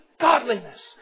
godliness